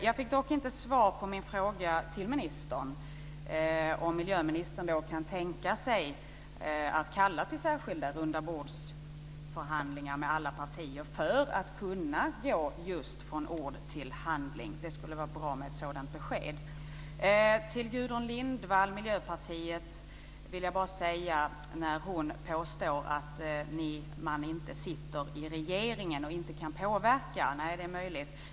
Jag fick dock inte svar på min fråga till miljöministern om han kan tänka sig att kalla till särskilda rundabordsförhandlingar med alla partier för att kunna gå från just ord till handling. Det skulle vara bra med ett sådant besked. Gudrun Lindvall påstår att Miljöpartiet inte sitter i regeringen och inte kan påverka. Nej, det är möjligt.